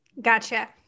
Gotcha